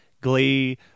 Glee